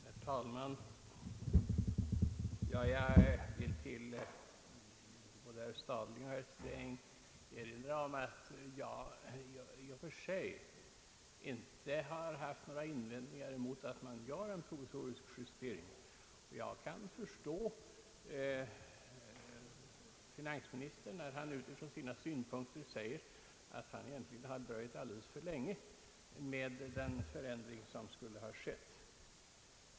Herr talman! Jag vill erinra både herr Stadling och herr Sträng om att jag i och för sig inte har haft några invändningar emot att man gör en provisorisk justering av släpvagnsskatten. Jag kan förstå finansministern när han utifrån sina synpunkter säger, att han egentligen har dröjt alldeles för länge med en förändring.